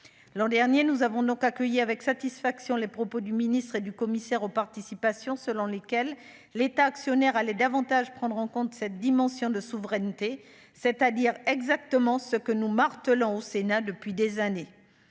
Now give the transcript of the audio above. l'an dernier, nous avons donc accueilli avec satisfaction les propos du ministre et du commissaire aux participations selon lesquelles l'État actionnaire aller davantage prendre en compte cette dimension de souveraineté, c'est-à-dire exactement ce que nous martelant au Sénat depuis des années,